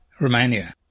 Romania